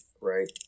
right